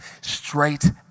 straight